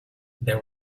there